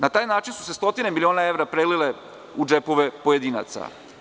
Na taj način su se stotine miliona evra prelile u džepove pojedinaca.